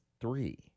three